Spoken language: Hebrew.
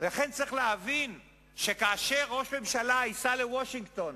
לכן צריך להבין שכאשר ראש ממשלה ייסע לוושינגטון